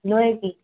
लोहे की